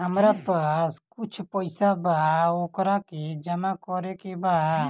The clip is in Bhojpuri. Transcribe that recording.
हमरा पास कुछ पईसा बा वोकरा के जमा करे के बा?